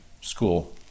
school